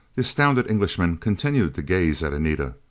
the astounded englishman continued to gaze at anita.